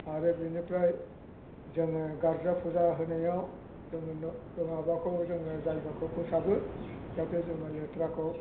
आरो बिनिफ्राय जोङो गारजा फुजा होनायाव जोङो माबाखौ जोङो जायगाखौ फोसाबो जाहाथे जोङो लेथ्राखौ